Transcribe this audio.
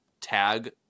tag